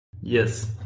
Yes